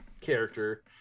character